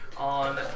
On